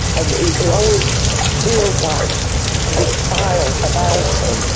and it always feels like this file about and